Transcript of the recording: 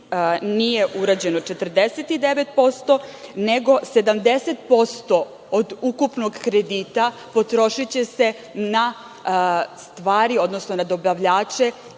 nije urađeno 49%, nego 70% od ukupnog kredita potrošiće se na stvari, odnosno na dobavljače